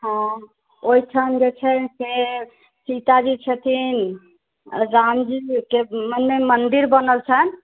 हँ ओहिठाम जे छै से सीताजी छथिन रामजीके मने मन्दिर बनल छैन्ह